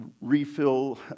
refill